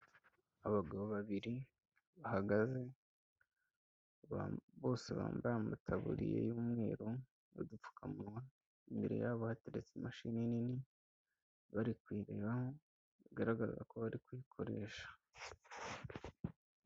Abagabo babiri bahagaze, bose bambaye amataburiya y'umweru n'udupfukamunwa, imbere yabo hateretse imashini nini, bari kuyirebamo, bigaragaza ko bari kuyikoresha.